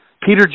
Peter